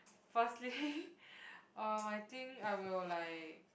firstly um I think I will like